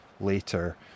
later